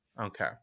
Okay